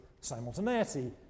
simultaneity